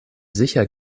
sicher